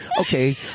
Okay